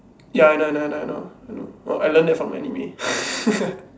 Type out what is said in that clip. ya I know I know I know I know I learn that from anime